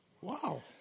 Wow